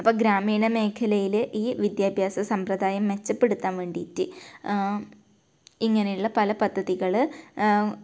അപ്പ ഗ്രാമീണ മേഖലയിൽ ഈ വിദ്യാഭ്യാസ സമ്പ്രദായം മെച്ചപ്പെടുത്താൻ വേണ്ടിയിട്ട് ഇങ്ങനെയുള്ള പല പദ്ധതികൾ